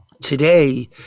Today